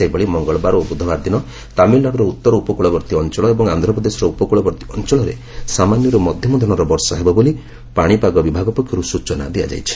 ସେହିଭଳି ମଙ୍ଗଳବାର ଓ ବୁଧବାର ଦିନ ତାମିଲନାଡୁର ଉତ୍ତର ଉପକୂଳବର୍ତ୍ତୀ ଅଞ୍ଚଳ ଏବଂ ଆନ୍ଧ୍ରପ୍ରଦେଶର ଉପକ୍ରଳବର୍ତ୍ତୀ ଅଞ୍ଚଳରେ ସାମାନ୍ୟରୁ ମଧ୍ୟମ ଧରଣର ବର୍ଷା ହେବ ବୋଲି ପାଣିପାଗ ବିଭାଗ ପକ୍ଷରୁ ସ୍ନଚନା ଦିଆଯାଇଛି